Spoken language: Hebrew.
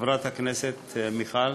חברת הכנסת מיכל,